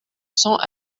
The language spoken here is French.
cents